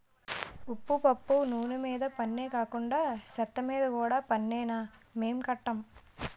ఉప్పు పప్పు నూన మీద పన్నే కాకండా సెత్తమీద కూడా పన్నేనా మేం కట్టం